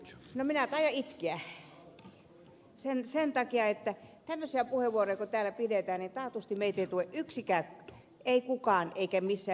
no minä taidan itkeä sen takia että tämmöisiä puheenvuoroja kun täällä pidetään niin taatusti meitä ei tue yksikään ei kukaan eikä missään milloinkaan